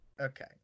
Okay